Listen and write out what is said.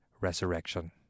resurrection